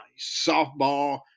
Softball